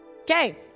Okay